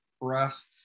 breasts